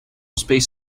space